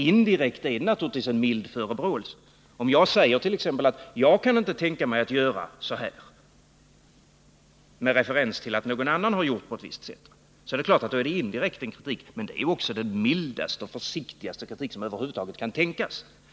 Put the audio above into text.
Indirekt är det naturligtvis fråga om en mild förebråelse. Om jag skulle säga att jag inte kunde tänka mig att göra så — med referens till att någon annan handlat på ett visst sätt — är det indirekt självfallet fråga om kritik. Men det är också den mildaste och försiktigaste kritik som man över huvud taget kan tänka sig.